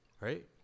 Right